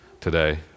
today